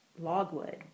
Logwood